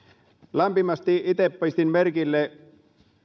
lämpimästi itse pistin merkille